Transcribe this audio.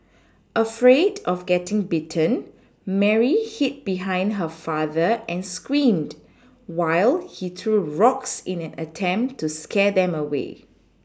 afraid of getting bitten Mary hid behind her father and screamed while he threw rocks in an attempt to scare them away